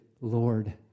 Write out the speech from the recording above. Lord